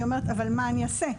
אז היא אומרת אבל מה אני אעשה?